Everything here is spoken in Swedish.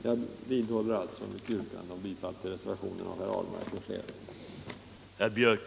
Jag vidhåller alltså mitt yrkande om bifall till reservationen av herr Ahlmark m.fl.